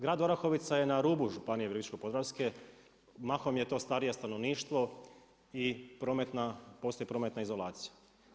Grad Orahovica je na rubu županije Virovitičke-podravske, mahom je to starije stanovništvo i postoji prometna izolacija.